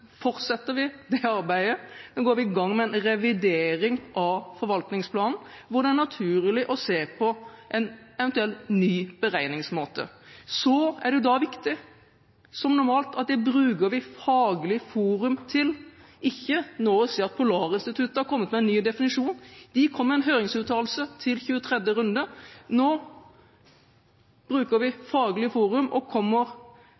fortsetter vi det arbeidet og går i gang med en revidering av forvaltningsplanen, hvor det er naturlig å se på en eventuell ny beregningsmåte. Så er det viktig, som normalt, at vi bruker Faglig forum til det og ikke nå sier at Polarinstituttet har kommet med en ny definisjon. De kom med en høringsuttalelse til 23. konsesjonsrunde. Nå bruker vi Faglig forum og kommer